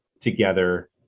together